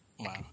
Wow